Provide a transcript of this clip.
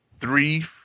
three